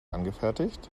angefertigt